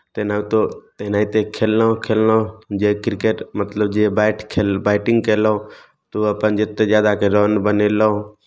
तेनाहुतो तेनाहिते खेललहुँ खेललहुँ जे क्रिकेट मतलब जे बैट खेल बैटिंग कयलहुँ तऽ ओ अपन जतेक ज्यादाके रन बनेलहुँ